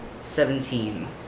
Seventeen